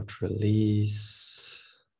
release